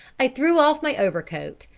i threw off my over-coat,